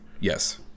yes